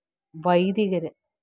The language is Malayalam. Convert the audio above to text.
വൈദികർ